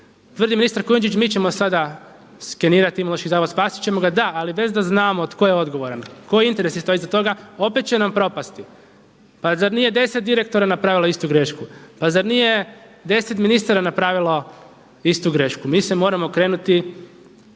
Tvrdi ministar Kujundžić mi ćemo sada skenirati Imunološki zavod, spasit ćemo ga. Da, ali bez da znamo tko je odgovoran, koji interesi stoje iza toga. Opet će nam propasti. Pa zar nije 10 direktora napravilo istu grešku? Pa zar nije 10 ministara napravilo istu grešku? Mi se moramo okrenuti